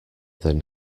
than